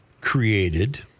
created